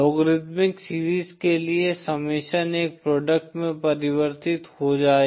logarithmic series के लिए summation एक प्रोडक्ट में परिवर्तित हो जाएगा